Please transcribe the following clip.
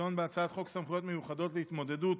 תדון בהצעת חוק סמכויות מיוחדות להתמודדות